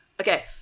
okay